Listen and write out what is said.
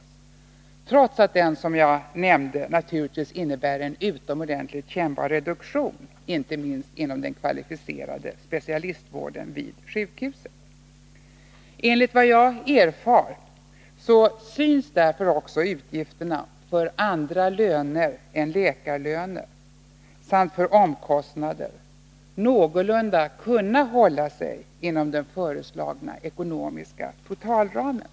Men den innebär naturligtvis, som jag nämnde tidigare, en utomordentligt kännbar reduktion av inte minst den kvalificerade specialistvården vid sjukhuset. Enligt vad jag erfar synes utgifterna för andra löner än läkarlöner samt omkostnaderna härigenom kunna hålla sig inom den föreslagna ekonomiska totalramen.